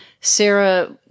Sarah